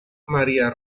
maría